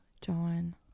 John